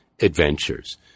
Adventures